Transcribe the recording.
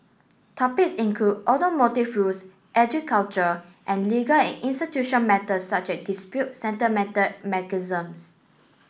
topics include automotive rules agriculture and legal and institutional matters such as dispute sentimental